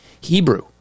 Hebrew